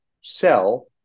Sell